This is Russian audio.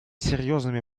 серьезными